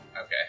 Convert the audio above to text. okay